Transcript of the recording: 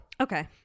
Okay